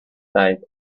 died